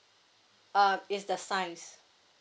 uh it's the size